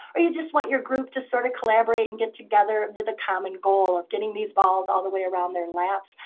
or you just want your group to sort of collaborate and get together with a common goal of getting these balls all the way around on their laps.